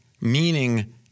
Meaning